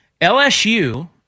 LSU